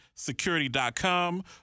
security.com